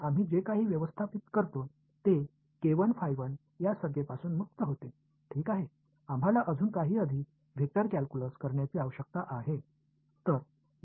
आम्ही जे काही व्यवस्थापित करतो ते या संज्ञेपासून मुक्त होते ठीक आहे आम्हाला अजून काही अधिक वेक्टर कॅल्क्युलस करण्याची आवश्यकता आहे